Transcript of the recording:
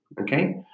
Okay